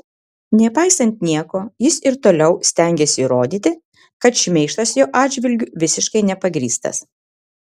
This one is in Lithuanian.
nepaisant nieko jis ir toliau stengiasi įrodyti kad šmeižtas jo atžvilgiu visiškai nepagrįstas